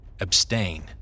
Abstain